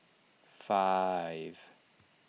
five